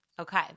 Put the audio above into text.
Okay